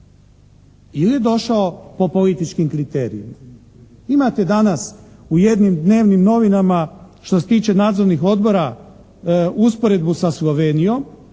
Ili je došao po političkim kriterijima. Imate danas u jednim dnevnim novinama, što se tiče nadzornih odbora usporedbu sa Slovenijom,